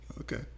Okay